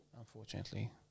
Unfortunately